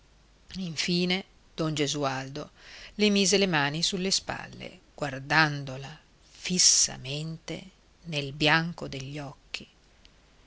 infine don gesualdo le mise le mani sulle spalle guardandola fissamente nel bianco degli occhi